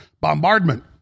bombardment